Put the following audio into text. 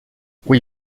oui